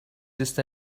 just